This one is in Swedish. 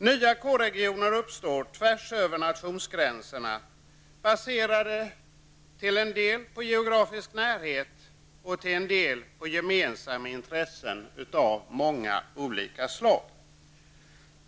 Nya K-regioner uppstår tvärs över nationsgränserna, baserade till en del på geografisk närhet, till en del på gemensamma intressen av många olika slag.